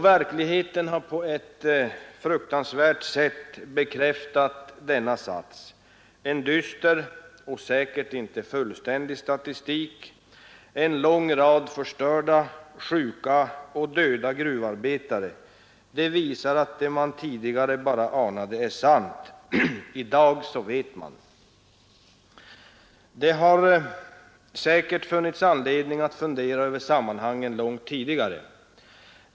Verkligheten har på ett fruktansvärt sätt bekräftat denna sats. En dyster och säkert inte fullständig statistik — en lång rad förstörda, sjuka och döda gruvarbetare — visar att det man tidigare bara anade är sant. I dag vet man. Det har funnits anledning att fundera över sammanhangen långt tidigare.